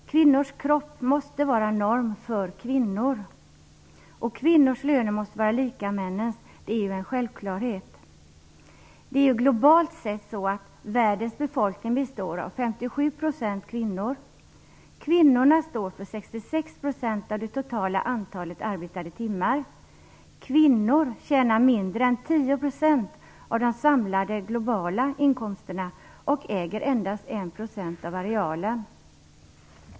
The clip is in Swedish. Kvinnors kropp måste vara norm för kvinnor. Att kvinnors löner måste vara lika med männens är en självklarhet. Globalt sett består världens befolkning till 57 % 10 % av de samlade globala inkomsterna och äger endast 1 % av arealen.